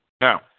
Now